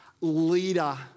leader